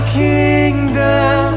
kingdom